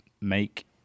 make